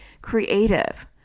creative